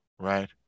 Right